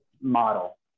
model